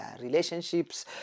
relationships